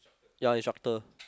ya instructor